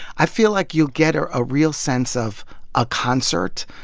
i feel like you'll get ah a real sense of a concert,